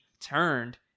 turned